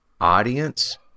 audience